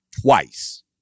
twice